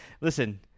Listen